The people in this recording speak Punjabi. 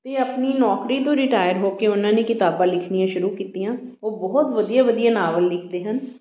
ਅਤੇ ਆਪਣੀ ਨੌਕਰੀ ਤੋਂ ਰਿਟਾਇਰ ਹੋ ਕੇ ਉਹਨਾਂ ਨੇ ਕਿਤਾਬਾਂ ਲਿਖਣੀਆਂ ਸ਼ੁਰੂ ਕੀਤੀਆਂ ਉਹ ਬਹੁਤ ਵਧੀਆ ਵਧੀਆ ਨਾਵਲ ਲਿਖਦੇ ਹਨ